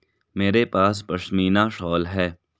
मेरे पास पशमीना शॉल है